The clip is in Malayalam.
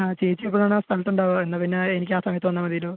ആ ചേച്ചി എപ്പോഴാണ് ആ സ്ഥലത്തുണ്ടാകുക എന്നാൽ പിന്നെ എനിക്ക് ആ സമയത്ത് വന്നാൽ മതിയല്ലോ